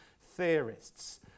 theorists